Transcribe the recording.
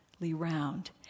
round